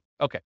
Okay